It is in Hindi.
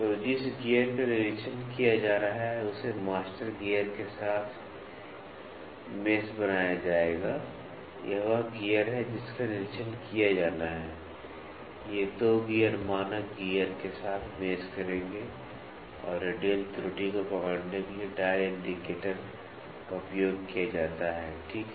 तो जिस गियर का निरीक्षण किया जा रहा है उसे मास्टर गियर के साथ जाल बनाया जाएगा यह वह गियर है जिसका निरीक्षण किया जाना है ये 2 गियर मानक गियर के साथ मेश करेंगे और रेडियल त्रुटि को पकड़ने के लिए डायल इंडिकेटर का उपयोग किया जाता है ठीक है